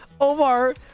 Omar